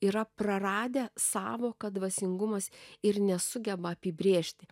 yra praradę sąvoką dvasingumas ir nesugeba apibrėžti